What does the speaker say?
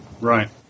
Right